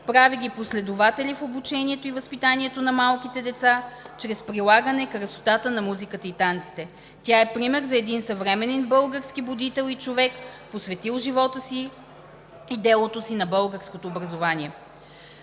прави ги последователи в обучението и възпитанието на малките деца чрез прилагане красотата на музиката и танците. Тя е пример за един съвременен български будител и човек, посветил живота и делото си на българското образование.